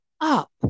up